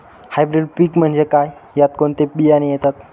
Hybrid पीक म्हणजे काय? यात कोणते बियाणे येतात?